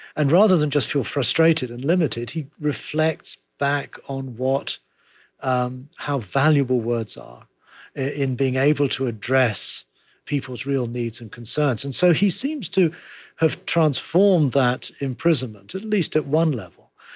and rather than just feel frustrated and limited, he reflects back on um how valuable words are in being able to address people's real needs and concerns. and so he seems to have transformed that imprisonment, at at least at one level,